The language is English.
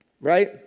right